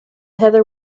heather